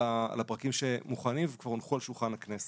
הפרקים שמוכנים וכבר הונחו על שולחן הכנסת.